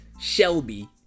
shelby